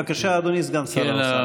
בבקשה, אדוני סגן שר האוצר.